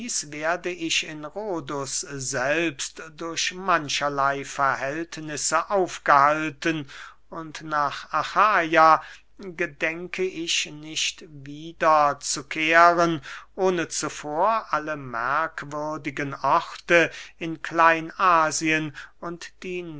werde ich in rhodus selbst durch mancherley verhältnisse aufgehalten und nach achaja gedenke ich nicht wieder zu kehren ohne zuvor alle merkwürdigen orte in klein asien und die